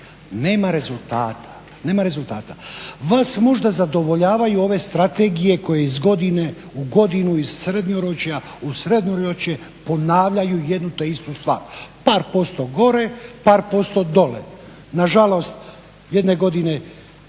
Nema rezultata. Vas možda zadovoljavaju ove strategije koje iz godine u godinu iz srednjoročja u srednjoročje ponavljaju jednu te istu stvar, par posto gore, par posto dole. Na žalost jedne godine